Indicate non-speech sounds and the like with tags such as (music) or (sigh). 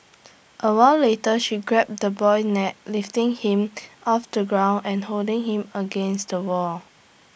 A while later she grabbed the boy's neck lifting him (noise) off the ground and holding him up against the wall